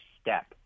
step